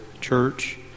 church